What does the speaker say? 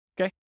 Okay